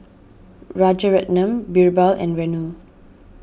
Rajaratnam Birbal and Renu